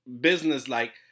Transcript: business-like